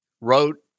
wrote